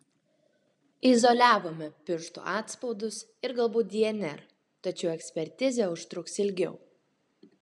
izoliavome pirštų atspaudus ir galbūt dnr tačiau ekspertizė užtruks ilgiau